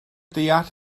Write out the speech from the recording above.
deall